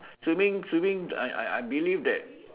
swimming swimming I I I believe that